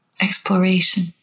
exploration